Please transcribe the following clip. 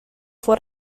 fue